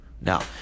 Now